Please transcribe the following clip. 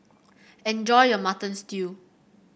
enjoy your Mutton Stew